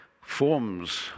forms